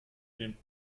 den